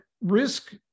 risk